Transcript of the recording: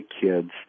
kids